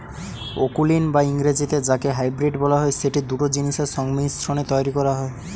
অকুলীন বা ইংরেজিতে যাকে হাইব্রিড বলা হয়, সেটি দুটো জিনিসের সংমিশ্রণে তৈরী করা হয়